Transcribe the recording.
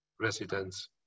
residents